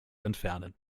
entfernen